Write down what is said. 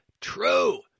true